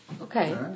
Okay